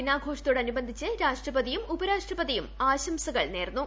ദിനാഘോഷത്തോടനുബന്ധിച്ച് രാഷ്ട്രപതിയും ഉപരാഷ്ട്രപതിയും ആശംസകൾ നേർന്നു